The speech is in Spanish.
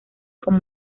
como